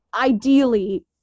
ideally